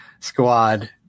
squad